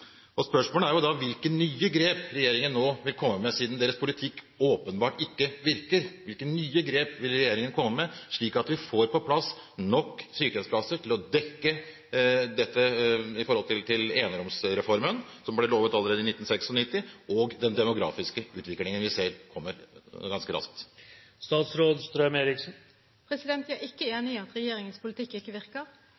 Spørsmålet er da hvilke nye grep regjeringen nå vil komme med, siden deres politikk åpenbart ikke virker. Hvilke nye grep vil regjeringen komme med, slik at vi får på plass nok sykehjemsplasser til å dekke dette i forhold til eneromsreformen, som ble lovet allerede i 1996, og den demografiske utviklingen vi ser kommer ganske raskt? Jeg er ikke enig i at regjeringens politikk ikke